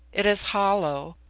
it is hollow,